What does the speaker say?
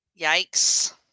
Yikes